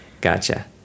Gotcha